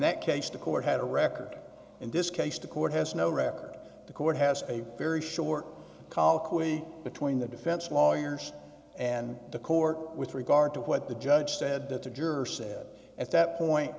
that case the court had a record in this case the court has no record the court has a very short colloquy between the defense lawyers and the court with regard to what the judge said that the juror said at that point